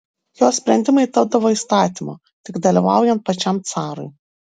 jo sprendimai tapdavo įstatymu tik dalyvaujant pačiam carui